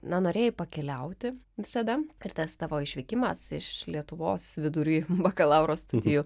na norėjai pakeliauti visada ir tas tavo išvykimas iš lietuvos vidury bakalauro studijų